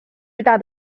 巨大